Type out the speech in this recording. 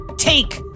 Take